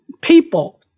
people